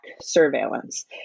surveillance